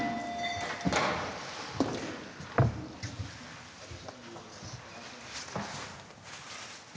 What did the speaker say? Tak